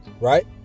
right